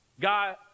God